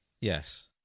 Yes